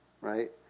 right